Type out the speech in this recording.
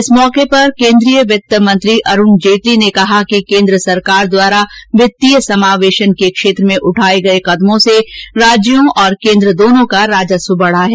इस अवसर पर केन्द्रीय वित्त मंत्री अरूण जेटली ने कहा कि केन्द्र सरकार द्वारा वित्तीय समावेशन के क्षेत्र में उठाए गए कदमों से राज्यों तथा केन्द्र दोनों का राजस्व बढ़ा है